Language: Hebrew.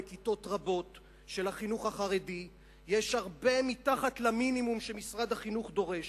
בכיתות רבות של החינוך החרדי יש הרבה מתחת למינימום שמשרד החינוך דורש,